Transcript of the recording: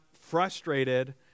frustrated